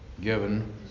given